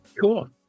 Cool